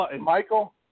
Michael